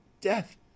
death